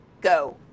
go